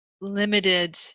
limited